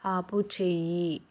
ఆపు చెయ్యి